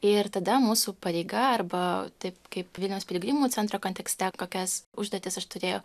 ir tada mūsų pareiga arba taip kaip vilniaus piligrimų centro kontekste kokias užduotis aš turėjau